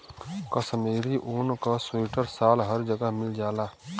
कशमीरी ऊन क सीवटर साल हर जगह मिल जाला